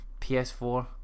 PS4